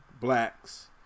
blacks